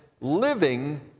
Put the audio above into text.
living